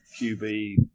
QB